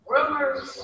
Rumors